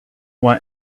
want